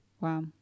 wow